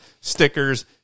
stickers